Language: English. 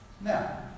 Now